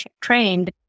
trained